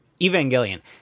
Evangelion